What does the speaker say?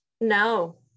No